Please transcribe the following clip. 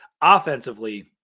Offensively